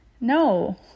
No